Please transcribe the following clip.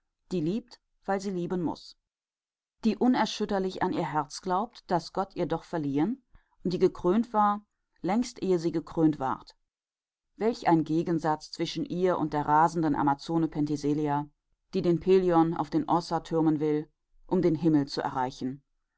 die liebt weil sie lieben muß die unerschütterlich an ihr herz glaubt das gott ihr verliehen und die gekrönt war längst ehe sie gekrönt ward welch ein gegensatz zwischen ihr und der rasenden amazone penthesilea die den pelion auf den offa türmen will um den himmel zu erreichen